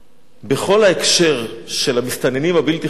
בכל ההקשר של המסתננים הבלתי-חוקיים